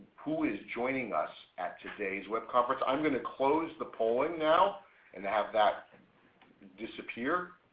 who is joining us at today's web conference. i'm going to close the polling now and have that disappear.